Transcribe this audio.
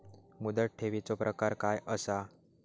मुदत ठेवीचो प्रकार काय असा?